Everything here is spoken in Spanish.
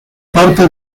parte